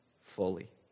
fully